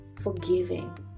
forgiving